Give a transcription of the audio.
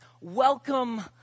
Welcome